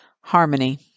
Harmony